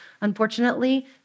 Unfortunately